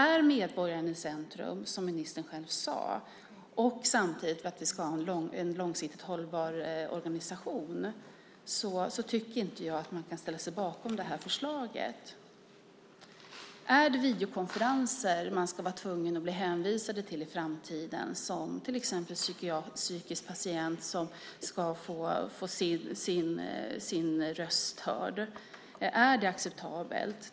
Om medborgaren ska vara i centrum, som ministern själv sade, och organisationen samtidigt ska vara långsiktigt hållbar tycker jag inte att man kan ställa sig bakom förslaget. Ska man i framtiden bli hänvisad till videokonferenser? Ska till exempel en psykiskt sjuk patient få sin röst hörd på det sättet? Är det acceptabelt?